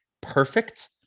perfect